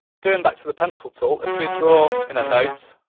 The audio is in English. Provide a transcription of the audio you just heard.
going back to the pencil tool, if we draw in a note,